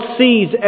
sees